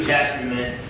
Testament